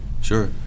sure